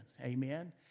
Amen